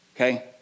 Okay